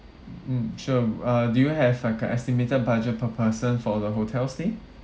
mm sure uh do you have like a estimated budget per person for the hotel stay